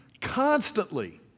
constantly